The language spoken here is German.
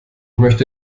möchte